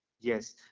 yes